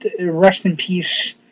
rest-in-peace